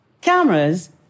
Cameras